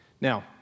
Now